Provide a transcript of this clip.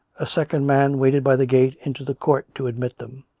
a second man waited by the gate into the court to admit them.